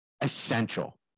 essential